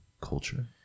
Culture